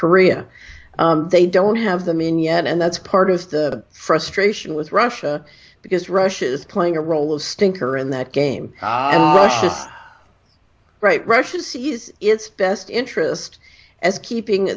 korea they don't have them in yet and that's part of the frustration with russia because russia is playing a role of stinker in that game right russia sees its best interest as keeping